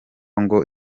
ngo